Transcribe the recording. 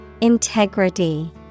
Integrity